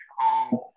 home